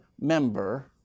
member